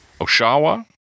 Oshawa